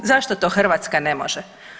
Zašto to Hrvatska ne može?